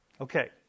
Okay